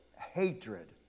hatred